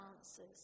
answers